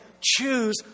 ...choose